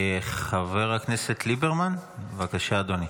חבר הכנסת ליברמן, בבקשה אדוני.